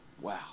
Wow